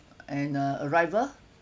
and uh arrival